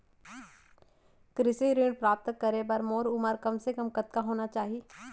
कृषि ऋण प्राप्त करे बर मोर उमर कम से कम कतका होना चाहि?